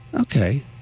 Okay